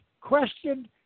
questioned